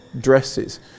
dresses